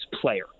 player